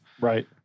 Right